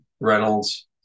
Reynolds